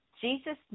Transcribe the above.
Jesus